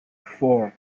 four